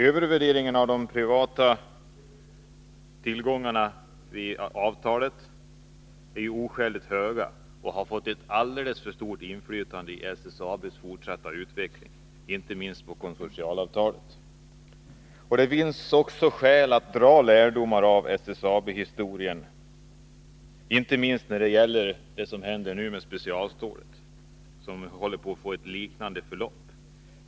Övervärderingen av de privata tillgångarna i avtalet är oskäligt hög och har fått ett alldeles för stort inflytande i SSAB:s fortsatta utveckling, inte minst på konsortialavtalet. Det finns skäl att dra lärdomar av SSAB-historien, inte minst när det gäller det som händer nu med specialstålet, där man håller på att få ett liknande förlopp.